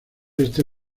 este